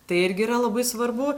tai irgi yra labai svarbu